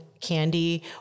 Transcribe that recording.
candy